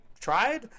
tried